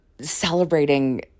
celebrating